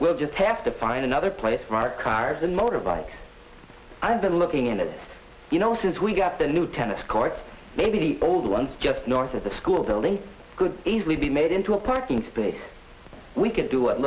we'll just have to find another place for our cars and motorbikes i've been looking in that you know since we got the new tennis courts maybe the old ones just north of the school so they could easily be made into a parking space we can do